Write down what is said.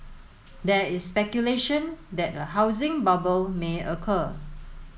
there is speculation that a housing bubble may occur